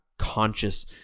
conscious